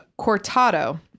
Cortado